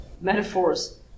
metaphors